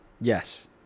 Yes